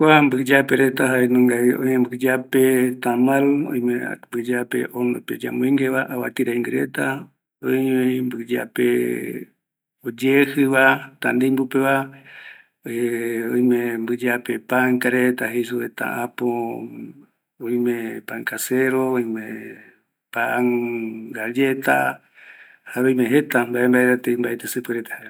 Kua mbiyape reta jaenunga vi, oime mbiyape tamal, oimevi mbiyape hornope yambingue va, avati raingui reta, oimevi mbiyape oyeeji va, tanimbu peva, oimevi mbiyape pan jei karaireta supeva pan casero, pan galleta.oime jeta mbae mbae reta